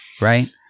right